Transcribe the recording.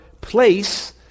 place